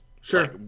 Sure